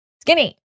skinny